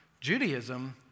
Judaism